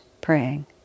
praying